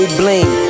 bling